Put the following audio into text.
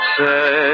say